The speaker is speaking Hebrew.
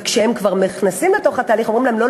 וכשהם כבר נכנסים לתוך התהליך אומרים להם: לא,